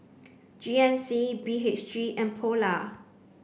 G N C B H G and polar